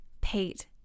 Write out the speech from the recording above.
Pete